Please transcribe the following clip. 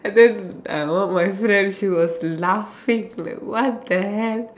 and then uh I one of my friend she was laughing like what the hell